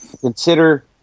Consider